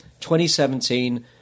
2017